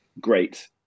great